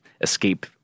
escape